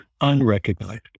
unrecognized